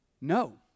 No